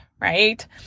right